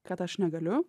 kad aš negaliu